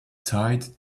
tied